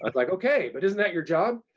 like like, okay, but isn't that your job?